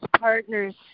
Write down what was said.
partners